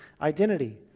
identity